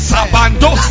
Sabando